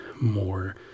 more